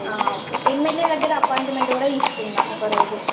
okay MLA దగ్గర appointment కూడా తీసుకుందాం ఒక రోజు